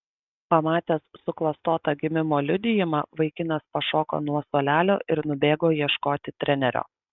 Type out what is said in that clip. pamatęs suklastotą gimimo liudijimą vaikinas pašoko nuo suolelio ir nubėgo ieškoti trenerio